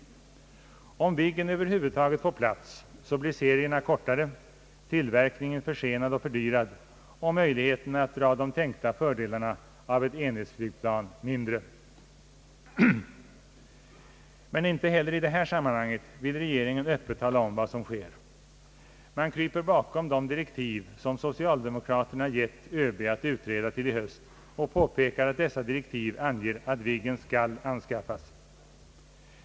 Om Viggen över huvud taget får plats, blir serierna kortare, tillverkningen försenad och fördyrad och möjligheterna att dra de tänkta fördelarna av ett enhetsflygplan mindre. Men inte heller i detta sammanhang vill regeringen öppet tala om vad som sker. Man kryper bakom de direktiv som socialdemokraterna gett ÖB att utreda till i höst och påpekar att dessa direktiv anger att Viggen skall anskaffas.